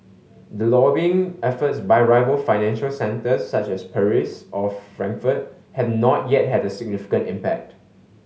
the lobbying efforts by rival financial centres such as Paris or Frankfurt have not yet had a significant impact